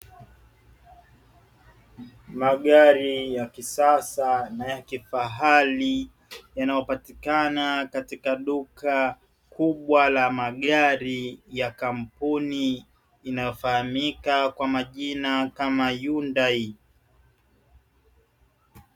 Magari ya kisasa na ya kifahari yanayopatikana katika duka kubwa la magari ya kampuni inayofahamika kama Hyundai.